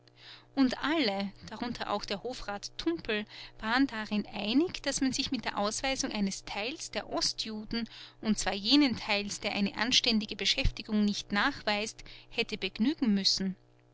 und alle darunter auch der hofrat tumpel waren darin einig daß man sich mit der ausweisung eines teiles der ostjuden und zwar jenes teiles der eine anständige beschäftigung nicht nachweist hätte begnügen müssen